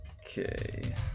Okay